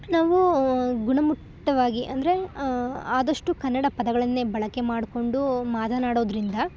ನಾವು ಗುಣಮಟ್ಟವಾಗಿ ಅಂದರೆ ಆದಷ್ಟು ಕನ್ನಡ ಪದಗಳನ್ನೇ ಬಳಕೆ ಮಾಡಿಕೊಂಡು ಮಾತನಾಡೋದ್ರಿಂದ